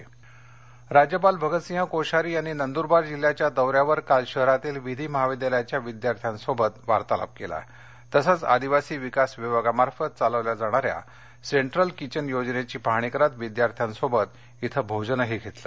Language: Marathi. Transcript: राज्यपाल नंदरवार राज्यपाल भगतसिंग कोश्यारी यांनी नंदुरबार जिल्ह्याच्या दौऱ्यावर काल शहरातील विधी महाविद्यालयाच्या विद्यार्थ्यांसोबत वार्तालाप केला तसंच आदिवासी विकास विभागामार्फत चालवल्या जाणाऱ्या सेंट्रल किचन योजनेची पाहणी करत विद्यार्थ्यांसोबत इथं भोजनही घेतलं